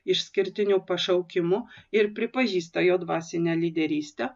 išskirtiniu pašaukimu ir pripažįsta jo dvasinę lyderystę